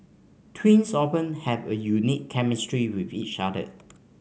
twins often have a unique chemistry with each other